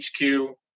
HQ